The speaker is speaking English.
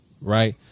right